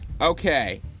Okay